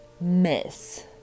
miss